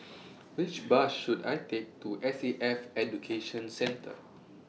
Which Bus should I Take to S A F Education Centre